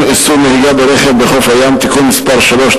איסור נהיגה ברכב בחוף הים (תיקון מס' 3),